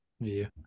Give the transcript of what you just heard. view